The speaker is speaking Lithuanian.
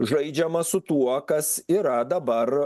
žaidžiama su tuo kas yra dabar